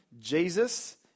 Jesus